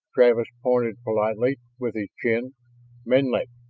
travis pointed politely with his chin menlik,